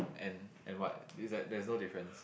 and and what is like there's no difference